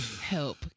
Help